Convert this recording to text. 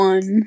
One